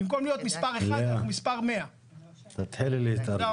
במקום להיות מספר אחד, אנחנו מספר 100. תודה רבה.